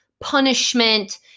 punishment